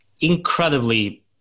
incredibly